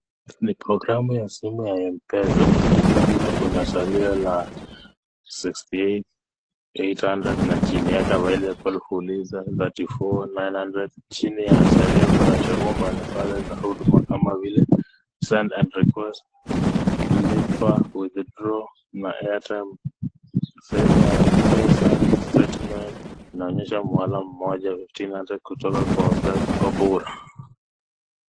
Ni programu ya simu ya MPESA. Juu kabisa kuna salio la sixty-eight eight hundred na chini yake available fuliza thirty-four nine hundred . Chini ya salio kuna chaguo mbalimbali za huduma kama vile send and request , lipa, withdraw na airtime . Sehemu ya MPESA statement inaonyesha muamala mmoja fifteen hundred kutoka kwa Beth Obura.